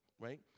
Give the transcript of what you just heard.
right